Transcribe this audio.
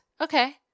okay